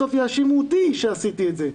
בסוף יאשימו אותי שעשיתי את זה.